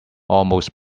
almost